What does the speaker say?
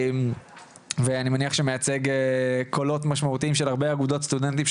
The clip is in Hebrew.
אני מניח שמייצג קולות משמעותיים של הרבה אגודות סטודנטים,